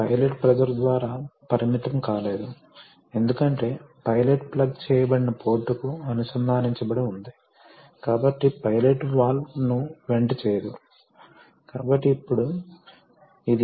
Refer Slide time 1614 Refer Slide time 1617 అప్పుడు మీకు seals మరియు ఫిట్టింగులు అవసరము ఉంటుంది కొన్నిసార్లు సీల్ అనేది లిక్విడ్ ఫిల్మ్ అందించిన సహజ సీల్ కానీ కొన్నిసార్లు మీకు ఇది అవసరం ఫిట్టింగులు అంటే మీ వద్ద ఉన్నా పైపు ఫిట్టింగులు వంటివి